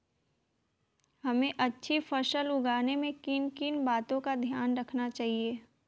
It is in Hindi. हमें अच्छी फसल उगाने में किन किन बातों का ध्यान रखना चाहिए?